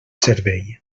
servei